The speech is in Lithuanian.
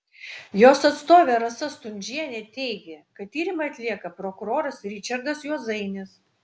jos atstovė rasa stundžienė teigė kad tyrimą atlieka prokuroras ričardas juozainis